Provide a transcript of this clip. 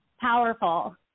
powerful